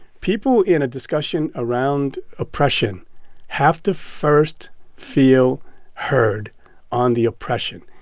people in a discussion around oppression have to first feel heard on the oppression.